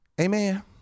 Amen